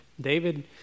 David